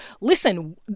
listen